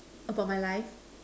about my life